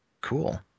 cool